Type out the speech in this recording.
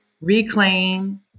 Reclaim